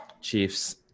Chiefs